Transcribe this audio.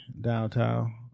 downtown